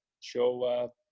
show